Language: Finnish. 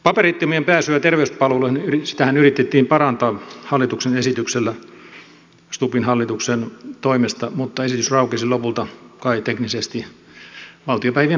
paperittomien pääsyä terveyspalveluihin yritettiin parantaa hallituksen esityksellä stubbin hallituksen toimesta mutta esitys raukesi lopulta kai teknisesti valtiopäivien päättymiseen